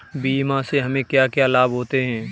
बीमा से हमे क्या क्या लाभ होते हैं?